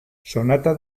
sonata